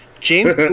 James